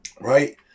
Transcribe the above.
right